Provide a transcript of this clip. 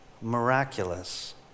miraculous